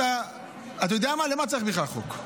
אתה יודע מה, בשביל מה צריך בכלל חוק?